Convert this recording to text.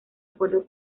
acuerdo